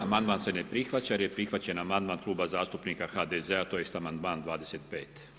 Amandman se ne prihvaća jer je prihvaćen amandman Kluba zastupnika HDZ-a tj. amandman 25.